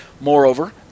Moreover